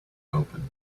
opened